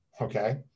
Okay